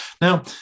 Now